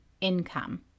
income